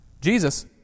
Jesus